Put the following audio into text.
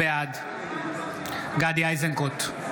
בעד גדי איזנקוט,